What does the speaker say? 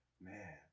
Man